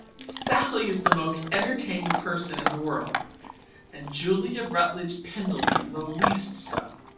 sallie is the most entertaining person in the world and julia rutledge pendleton the least so.